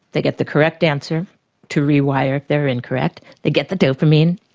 they get the correct answer to rewire if they are incorrect, they get the dopamine,